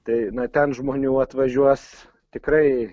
tai na ten žmonių atvažiuos tikrai